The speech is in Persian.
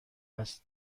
است